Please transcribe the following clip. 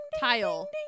tile